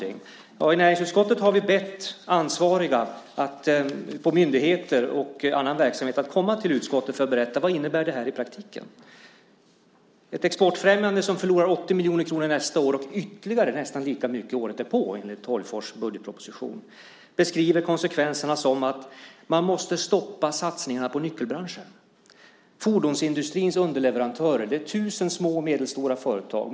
I näringsutskottet har vi bett ansvariga i myndigheter och i annan verksamhet att komma till utskottet för att berätta vad detta innebär i praktiken. Det är ett exportfrämjande som förlorar 80 miljoner kronor nästa år och ytterligare nästan lika mycket året därpå enligt Tolgfors budgetproposition. Konsekvenserna beskrivs som att man måste stoppa satsningar på nyckelbranscher. Fordonsindustrins underleverantörer är tusen små och medelstora företag.